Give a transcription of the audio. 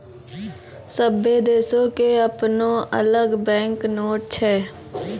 सभ्भे देशो के अपनो अलग बैंक नोट छै